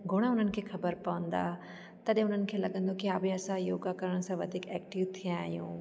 गुण हुननि खे ख़बर पवंदा तॾहिं हुननि खे लॻंदो कि हा भई योगा करण सां असां वधीक एक्टिव थिया आहियूं